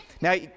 Now